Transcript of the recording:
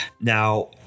Now